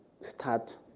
start